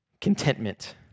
Contentment